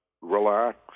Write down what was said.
Relax